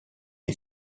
est